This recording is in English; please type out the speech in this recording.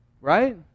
Right